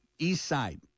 Eastside